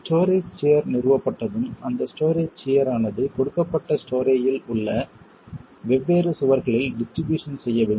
storey shear நிறுவப்பட்டதும் அந்த storey shear ஆனது கொடுக்கப்பட்ட ஸ்டோரேயில் உள்ள வெவ்வேறு சுவர்களில் டிஸ்ட்ரிபியூஷன் செய்ய வேண்டும்